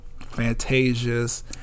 Fantasia's